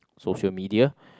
social media